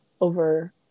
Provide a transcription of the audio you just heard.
over